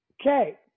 Okay